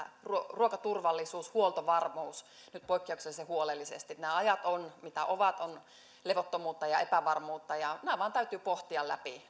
ruokaturvallisuus huoltovarmuus nyt poikkeuksellisen huolellisesti nämä ajat ovat mitä ovat on levottomuutta ja epävarmuutta nämä huoltovarmuuskysymykset vain täytyy pohtia läpi